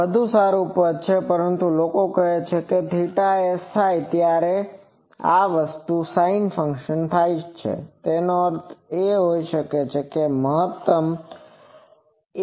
આ વધુ સારું પદ છે પરંતુ લોકો કહે છે કે θs થાય ત્યારે થાય છે જ્યારે sinc ફંક્શન નો અંક મહત્તમ હોય છે